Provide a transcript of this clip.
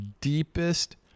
deepest